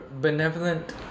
benevolent